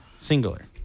singular